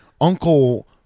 uncle